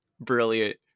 brilliant